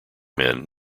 men